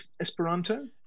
Esperanto